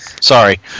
Sorry